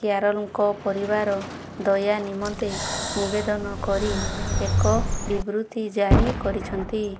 କ୍ୟାରୋଲ୍ଙ୍କ ପରିବାର ଦୟା ନିମନ୍ତେ ନିବେଦନ କରି ଏକ ବିବୃତି ଜାରି କରିଛନ୍ତି